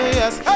yes